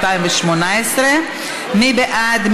התשע"ח 2018. מי בעד?